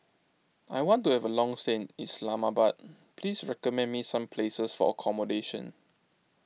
I want to have a long stay in Islamabad please recommend me some places for accommodation